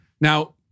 Now